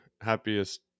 happiest